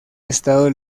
estado